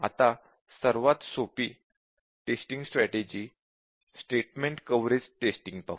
आता सर्वात सोपी testing strategy statement coverage testing पाहू